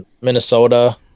minnesota